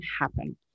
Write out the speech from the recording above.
happen